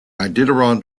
iditarod